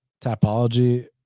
topology